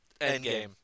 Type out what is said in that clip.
Endgame